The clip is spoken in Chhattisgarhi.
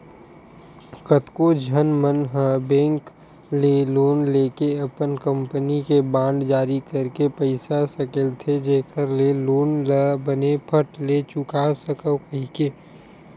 कतको झन मन ह बेंक ले लोन लेके अपन कंपनी के बांड जारी करके पइसा सकेलथे जेखर ले लोन ल बने फट ले चुका सकव कहिके